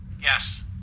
yes